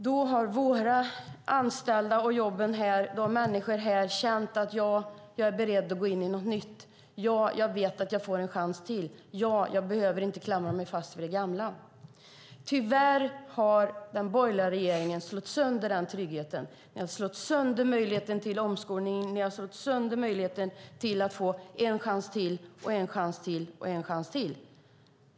Då har människor känt: Ja, jag är beredd att gå in i något nytt. Ja, jag vet att jag får en chans till, och jag behöver inte klamra mig fast vid det gamla. Tyvärr har den borgerliga regeringen slagit sönder den tryggheten. Ni har slagit sönder möjligheten till omskolning. Ni har slagit sönder möjligheten till att få en chans till, och en chans till och en chans till.